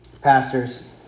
pastors